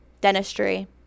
dentistry